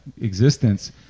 existence